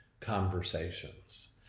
conversations